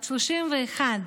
בת 31,